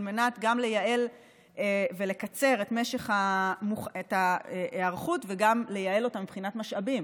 על מנת גם לייעל ולקצר את ההיערכות וגם לייעל אותה מבחינת משאבים.